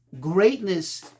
greatness